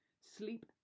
sleep